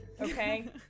okay